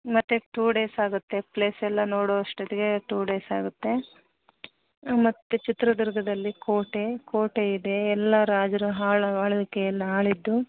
ಮತ್ತು two days ಆಗುತ್ತೆ place ಎಲ್ಲ ನೋಡೋ ಅಷ್ಟೊತ್ತಿಗೆ ಟು ಡೇಸ್ ಆಗುತ್ತೆ ಮತ್ತು ಚಿತ್ರದುರ್ಗದಲ್ಲಿ ಕೋಟೆ ಕೋಟೆ ಇದೆ ಎಲ್ಲ ರಾಜರು ಆಳ್ ಆಳ್ವಿಕೆಯಲ್ಲಿ ಆಳಿದ್ದು